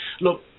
look